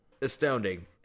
astounding